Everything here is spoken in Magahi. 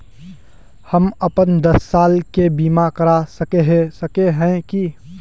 हम अपन दस साल के बीमा करा सके है की?